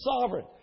Sovereign